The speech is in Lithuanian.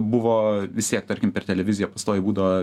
buvo vis tiek tarkim per televiziją pastoviai būdavo